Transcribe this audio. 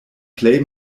plej